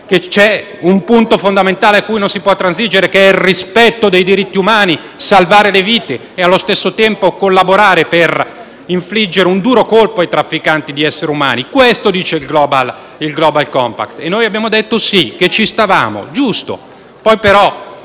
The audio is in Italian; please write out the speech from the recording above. un punto fondamentale su cui non si può transigere, ovvero il rispetto dei diritti umani: salvare vite e allo stesso tempo collaborare per infliggere un duro colpo ai trafficanti di esseri umani. Questo dice il Global compact e noi abbiamo deciso di accettarlo; era giusto.